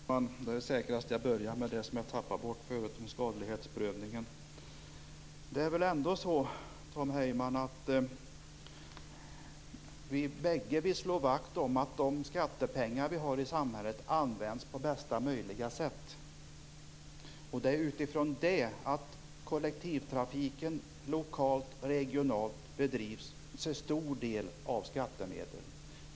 Herr talman! Det är säkrast att jag börjar med det som jag tidigare tappade bort, nämligen med skadlighetsprövningen. Det är väl ändå så, Tom Heyman, att vi bägge vill slå vakt om att de skattepengar som finns i samhället används på bästa möjliga sätt. Till stor del bedrivs ju kollektivtrafiken lokalt och regionalt med hjälp av skattemedel.